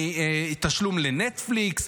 מתשלום לנטפליקס,